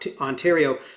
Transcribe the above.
Ontario